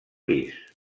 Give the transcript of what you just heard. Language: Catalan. pis